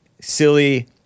silly